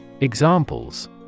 Examples